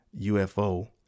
UFO